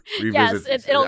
Yes